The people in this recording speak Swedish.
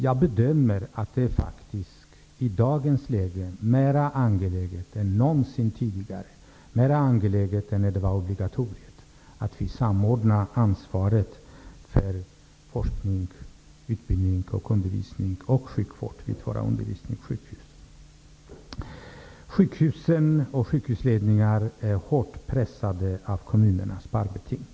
Jag bedömer att det faktiskt i dagens läge är mer angeläget än någonsin tidigare, mer angeläget än när det var ett obligatorium, att vi samordnar ansvaret för forskning, utbildning, undervisning och sjukvård vid våra universitetssjukhus. Sjukhusen och sjukhusledningar är hårt pressade av kommunernas sparbeting.